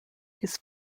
his